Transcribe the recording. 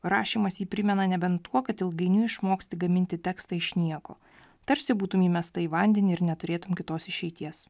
rašymas jį primena nebent tuo kad ilgainiui išmoksti gaminti tekstą iš nieko tarsi būtum įmesta į vandenį ir neturėtum kitos išeities